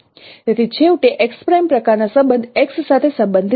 તેથી છેવટે પ્રકારના સંબંધ x સાથે સંબંધિત છે